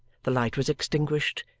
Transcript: the light was extinguished,